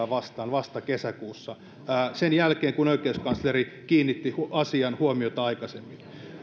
vastaan vasta kesäkuussa sen jälkeen kun oikeuskansleri kiinnitti asiaan huomiota aikaisemmin